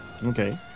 Okay